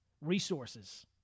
resources